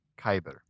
Kyber